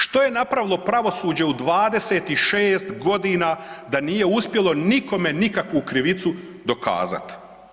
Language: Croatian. Što je napravilo pravosuđe u 26 godina da nije uspjelo nikome nikakvu krivicu dokazati.